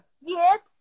Yes